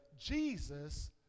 Jesus